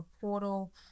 portal